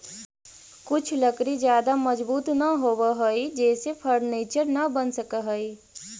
कुछ लकड़ी ज्यादा मजबूत न होवऽ हइ जेसे फर्नीचर न बन सकऽ हइ